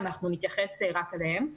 אם אנחנו נתייחס רק אליהם.